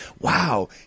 wow